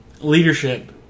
leadership